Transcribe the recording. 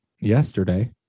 yesterday